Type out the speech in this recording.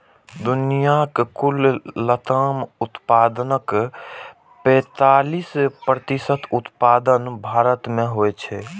दुनियाक कुल लताम उत्पादनक पैंतालीस प्रतिशत उत्पादन भारत मे होइ छै